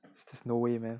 there's no way man